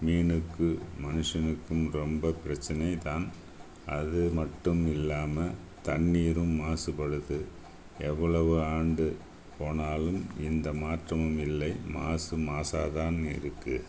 மீனுக்கு மனுஷனுக்கும் ரொம்ப பிரச்சினை தான் அது மட்டும் இல்லாமல் தண்ணீரும் மாசுபடுது எவ்வளவு ஆண்டு போனாலும் எந்த மாற்றமும் இல்லை மாசு மாசாகதான் இருக்குது